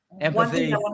Empathy